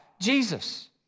Jesus